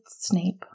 Snape